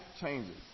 changes